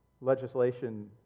Legislation